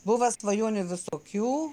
buvo svajonių visokių